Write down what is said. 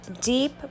deep